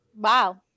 Wow